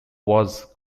was